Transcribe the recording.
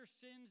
sins